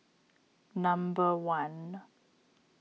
number one